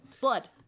Blood